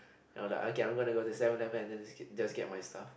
no like okay I'm gonna go to Seven Eleven and then just get just get my stuff